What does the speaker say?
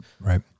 Right